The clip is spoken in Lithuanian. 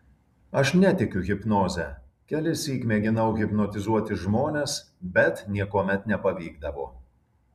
aš netikiu hipnoze kelissyk mėginau hipnotizuoti žmones bet niekuomet nepavykdavo